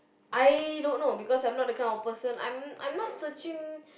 I don't know because I'm not the kind of person I'm I'm not searching